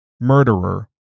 murderer